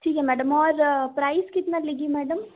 ठीक है madam price कितना लेंगी मैडम